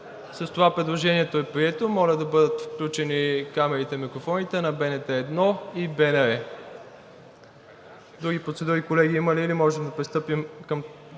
С това предложението е прието. Моля да бъдат включени камерите и микрофоните на БНТ1 и БНР. Други процедури, колеги, има ли, или можем да пристъпим към